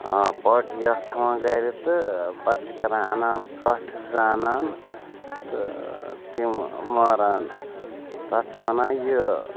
party اَکھ تھاوان گَرِ تہٕ پَتہٕ چھِ کَران اَنان کَٹھ زٕ انان تہٕ تِم ماران تَتھ چھِ وَنان یہِ